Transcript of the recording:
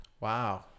Wow